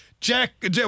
Jack